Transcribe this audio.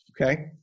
okay